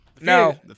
No